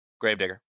Gravedigger